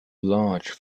large